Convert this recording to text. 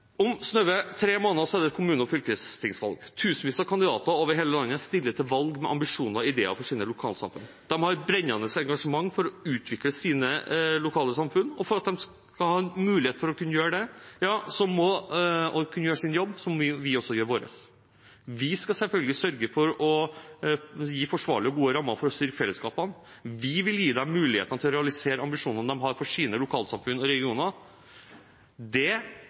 om kommunesammenslåinger som egentlig ikke er ønsket. Om snaue tre måneder er det kommune- og fylkestingsvalg. Tusenvis av kandidater over hele landet stiller til valg med ambisjoner og ideer for sine lokalsamfunn. De har et brennende engasjement for å utvikle sine lokalsamfunn. For at de skal ha mulighet til å kunne gjøre det, kunne gjøre sin jobb, må vi også gjøre vår. Vi skal selvfølgelig sørge for å gi forsvarlige og gode rammer for å styrke fellesskapene. Vi vil gi dem mulighet til å realisere ambisjonene de har for sine lokalsamfunn og regioner. Det